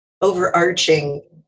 overarching